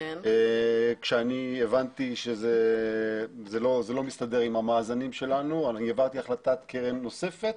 כשאני הבנתי שזה לא מסתדר עם המאזנים שלנו אני העברתי החלטת קרן נוספת,